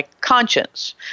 conscience